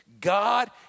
God